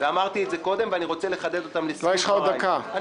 ואמרתי את זה קודם ואני רוצה לחדד אותן לסיום דבריי.